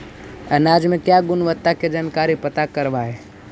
अनाज मे क्या गुणवत्ता के जानकारी पता करबाय?